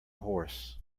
horse